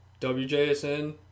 WJSN